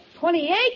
Twenty-eight